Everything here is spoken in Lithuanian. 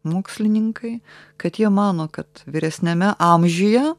mokslininkai kad jie mano kad vyresniame amžiuje